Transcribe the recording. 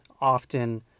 often